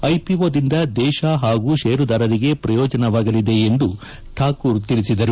ಐಪಿಒದಿಂದ ದೇಶ ಹಾಗೂ ಷೇರುದಾರರಿಗೆ ಪ್ರಯೋಜನವಾಗಲಿದೆ ಎಂದು ತಿಳಿಸಿದರು